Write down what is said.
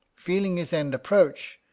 feeling his end approach,